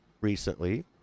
recently